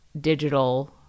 digital